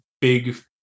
big